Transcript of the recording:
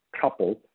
coupled